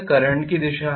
तो यह करंट की दिशा है